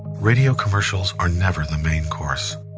radio commercials are never the main course.